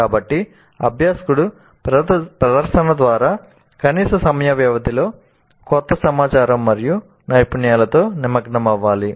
కాబట్టి అభ్యాసకుడు ప్రదర్శన తర్వాత కనీస సమయ వ్యవధితో కొత్త సమాచారం మరియు నైపుణ్యాలతో నిమగ్నమవ్వాలి